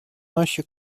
наші